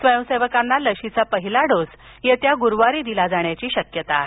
स्वयंसेवकांना लशीचा पहिला डोस गुरुवारी दिला जाण्याची शक्यता आहे